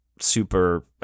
super